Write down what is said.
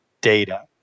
data